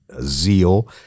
zeal